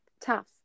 tough